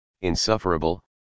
insufferable